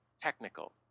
technical